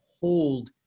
hold